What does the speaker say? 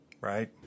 Right